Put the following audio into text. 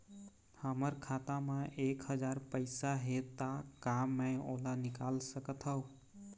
हमर खाता मा एक हजार पैसा हे ता का मैं ओला निकाल सकथव?